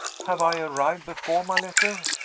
have i arrived before my letter?